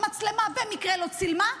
המצלמה במקרה לא צילמה,